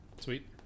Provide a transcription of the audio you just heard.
Sweet